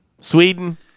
Sweden